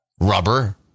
rubber